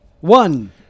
One